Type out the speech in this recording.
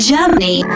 Germany